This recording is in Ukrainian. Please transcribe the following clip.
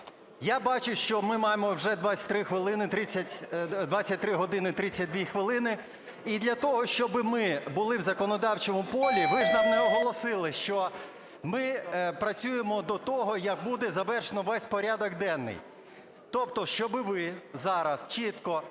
Я бачу, що ми маємо вже 23 години 32 хвилини, і для того, щоб ми були в законодавчому полі, ви ж нам не оголосили, що ми працюємо до того, як буде завершено весь порядок денний. Тобто щоб ви зараз чітко